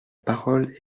parole